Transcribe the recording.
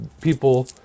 people